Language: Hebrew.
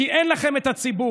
כי אין לכם את הציבור.